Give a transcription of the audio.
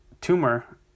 tumor